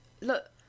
Look